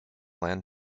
land